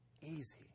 Easy